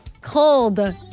Cold